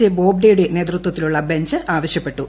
A ബോബ്ഡെയുടെ നേതൃത്വത്തിലുള്ള ബഞ്ച് ആവശ്യപ്പെട്ടു